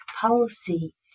policy